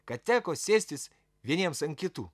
kad teko sėstis vieniems ant kitų